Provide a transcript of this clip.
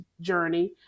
journey